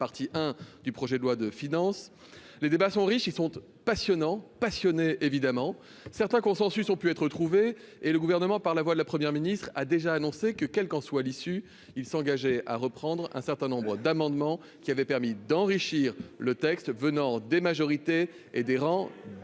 partie du projet de loi de finances, les débats sont riches, ils sont passionnants passionné évidemment certain consensus ont pu être retrouvés et le gouvernement par la voix de la première ministre a déjà annoncé que, quel qu'en soit l'issue, il s'engageait à reprendre un certain nombre d'amendements qui avait permis d'enrichir le texte venant des majorités et des rangs